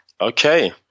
Okay